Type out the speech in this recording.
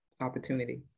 opportunity